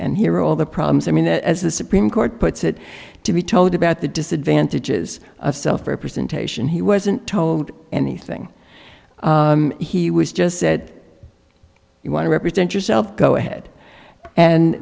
and here all the problems i mean as the supreme court puts it to be told about the disadvantages of self representation he wasn't told anything he was just said you want to represent yourself go ahead and